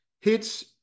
hits